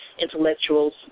intellectuals